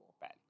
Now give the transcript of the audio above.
Bad